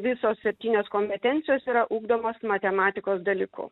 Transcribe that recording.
visos septynios kompetencijos yra ugdomos matematikos dalyku